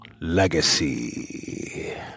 Legacy